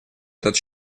этот